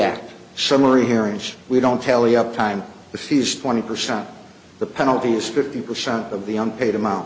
act summary hearings we don't tally up time the fees twenty percent the penalty is fifty percent of the unpaid amount